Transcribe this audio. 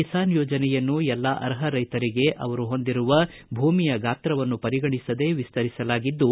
ಕಿಸಾನ್ ಯೋಜನೆಯನ್ನು ಎಲ್ಲಾ ಅರ್ಹ ರೈತರಿಗೆ ಅವರು ಹೊಂದಿರುವ ಭೂಮಿಯ ಗಾತ್ರವನ್ನು ಪರಿಗಣಿಸದೇ ವಿಸ್ತರಿಸಲಾಗಿದ್ದು